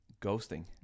Ghosting